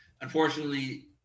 Unfortunately